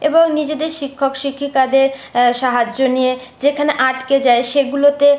এবং নিজেদের শিক্ষক শিক্ষিকাদের সাহায্য নিয়ে যেখানে আটকে যায় সেগুলোতে